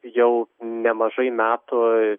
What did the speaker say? jau nemažai metų